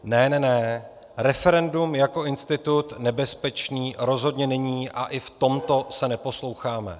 Ne, ne, ne, referendum jako institut nebezpečný rozhodně není a i v tomto se neposloucháme.